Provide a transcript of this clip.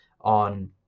on